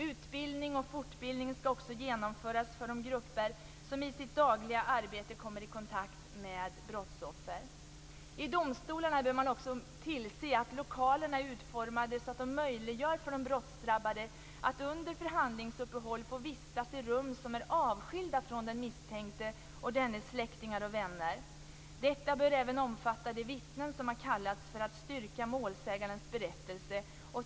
Utbildning och fortbildning skall också genomföras för de grupper som i sitt dagliga arbete kommer i kontakt med brottsoffer. I domstolarna bör man tillse att lokalerna är så utformade att de möjliggör för de brottsdrabbade att under förhandlingsuppehåll få vistas i rum som är avskilda från den misstänkte och dennes släktingar och vänner. Detta bör även omfatta de vittnen som har kallats för att styrka målsägandens berättelse.